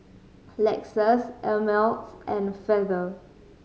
Lexus Ameltz and Feather